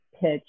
pitch